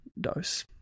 dose